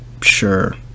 sure